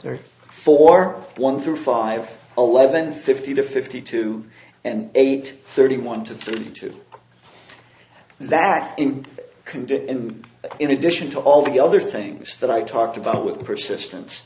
there for one through five eleven fifty to fifty two and eight thirty one to thirty two that can do it in in addition to all the other things that i talked about with persistence